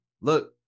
look